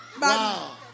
Wow